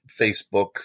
Facebook